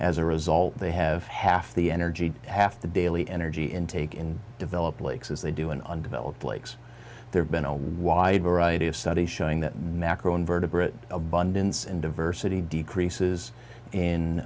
as a result they have half the energy half the daily energy intake in developed lakes as they do in undeveloped lakes there's been a wide variety of studies showing that macro invertebrate abundance and diversity decreases in